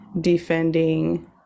defending